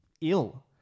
ill